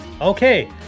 Okay